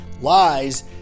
lies